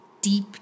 deep